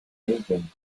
anything